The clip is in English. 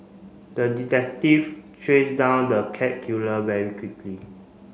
the detective trace down the cat killer very quickly